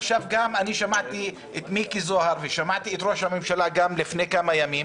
עכשיו שמעתי את מיקי זוהר ושמעתי גם את ראש הממשלה לפני כמה ימים